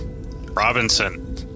Robinson